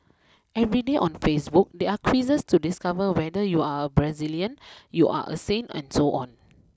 every day on Facebook there are quizzes to discover whether you are Brazilian you are a saint and so on